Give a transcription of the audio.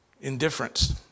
Indifference